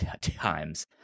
times